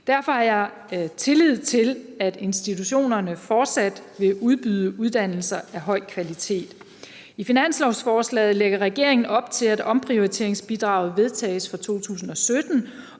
Derfor har jeg tillid til, at institutionerne fortsat vil udbyde uddannelser af høj kvalitet. I finanslovsforslaget lægger regeringen op til, at omprioriteringsbidraget vedtages for 2017,